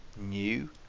new